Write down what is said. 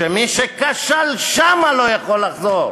שמי שכשל שם לא יכול לחזור,